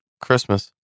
Christmas